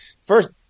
first